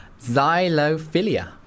xylophilia